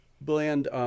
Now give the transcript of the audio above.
Bland